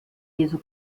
jesu